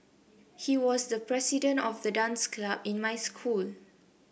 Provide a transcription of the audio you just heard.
he was the president of the dance club in my school